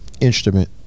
instrument